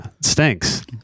stinks